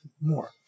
more